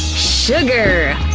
sugar!